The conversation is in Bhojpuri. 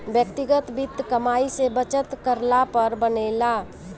व्यक्तिगत वित्त कमाई से बचत करला पर बनेला